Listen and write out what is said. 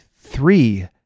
three